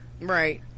right